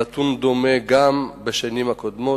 נתון דומה, גם בשנים הקודמות.